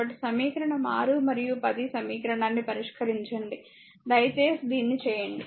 కాబట్టి సమీకరణం 6 మరియు 10 సమీకరణాన్ని పరిష్కరించండి దయచేసి దీన్ని చేయండి